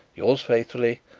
yours faithfully,